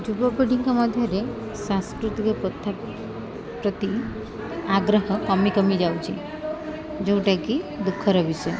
ଯୁବପିଢ଼ିଙ୍କ ମଧ୍ୟରେ ସାଂସ୍କୃତିକ ପଥା ପ୍ରତି ଆଗ୍ରହ କମି କମି ଯାଉଛି ଯେଉଁଟାକି ଦୁଃଖର ବିଷୟ